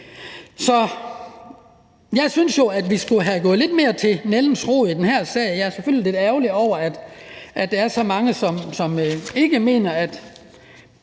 jeg synes jo, at vi skulle have grebet om nældens rod i den her sag. Jeg er selvfølgelig lidt ærgerlig over, at der er så mange, som ikke mener, at